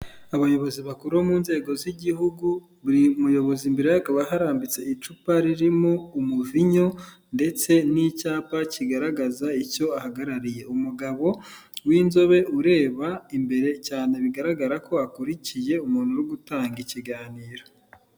Abayobozi bakuru mu nzego z'igihugu, buri muyobozi imbere ye hakaba harambitse icupa ririmo umuvinyu ndetse n'icyapa kigaragaza icyo ahagarariye. Umugabo w'inzobe ureba imbere cyane, bigaragara ko akurikiye umuntu uri gutanga ikiganiro.